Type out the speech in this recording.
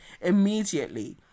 immediately